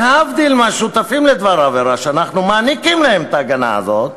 להבדיל מהשותפים לדבר עבירה שאנחנו מעניקים להם את ההגנה הזאת,